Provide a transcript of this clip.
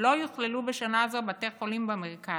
לא יוכללו בשנה זו בתי חולים במרכז,